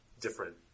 different